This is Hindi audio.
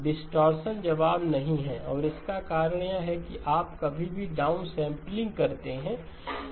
डिस्टॉर्शन जवाब नहीं है और इसका कारण यह है कि आप कभी भी डाउनसेंपलिंग करते हैं